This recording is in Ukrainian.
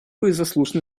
слушне